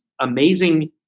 amazing